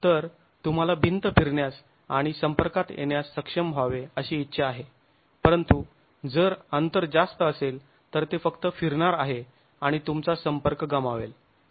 तर तुम्हाला भिंत फिरण्यास आणि संपर्कात येण्यास सक्षम व्हावे अशी इच्छा आहे परंतु जर अंतर जास्त असेल तर ते फक्त फिरणार आहे आणि तुमचा संपर्क गमावेल